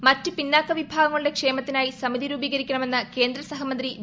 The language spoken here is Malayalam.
മറ്റ് പിന്നാക്ക വിഭാഗങ്ങളുടെ ക്ഷേമത്തിനായി സമിതി രൂപീകരിക്കണമെന്ന് കേന്ദ്രസഹമന്ത്രി വി